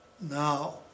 Now